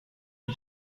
you